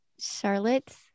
Charlotte